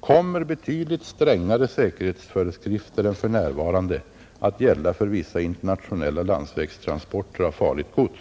kommer betydligt strängare säkerhetsföreskrifter än för närvarande att gälla för vissa internationella landsvägstransporter av farligt gods.